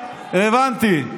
הבנתי.